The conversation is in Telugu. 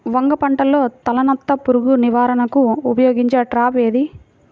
వంగ పంటలో తలనత్త పురుగు నివారణకు ఉపయోగించే ట్రాప్ ఏది?